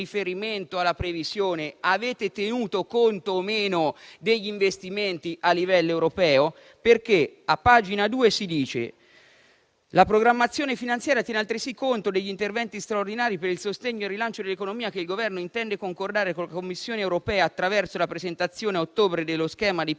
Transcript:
alla previsione avete tenuto conto o meno degli investimenti a livello europeo? A pagina 2 si dice che la programmazione finanziaria tiene altresì conto degli interventi straordinari per il sostegno e il rilancio dell'economia che il Governo intende concordare con la Commissione europea attraverso la presentazione a ottobre dello schema di Piano